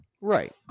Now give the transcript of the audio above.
Right